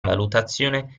valutazione